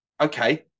okay